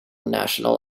national